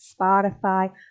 Spotify